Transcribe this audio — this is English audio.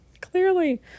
clearly